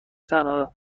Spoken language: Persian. تنها